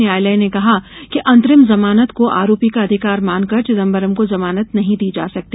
न्यायालय ने कहा कि अंतरिम जमानत को आरोपी का अधिकार मानकर चिदंबरम को जमानत नहीं दी जा सकती